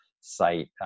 site